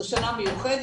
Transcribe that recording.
זו שנה מיוחדת,